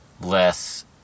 less